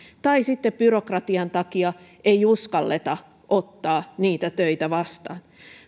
tai sitten byrokratian takia ei uskalleta ottaa niitä töitä vastaan